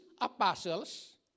apostles